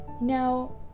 Now